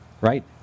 right